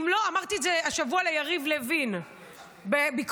אמרתי את זה השבוע ליריב לוין בביקורת